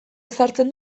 ezartzen